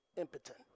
impotent